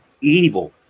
evil